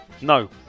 No